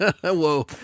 Whoa